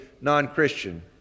non-Christian